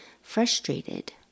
frustrated